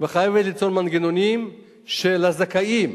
וחייבת ליצור מנגנונים של הזכאים,